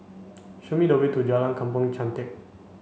show me the way to Jalan Kampong Chantek